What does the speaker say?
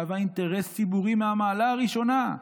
מהווה אינטרס ציבורי מהמעלה הראשונה.